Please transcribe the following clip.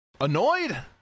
Annoyed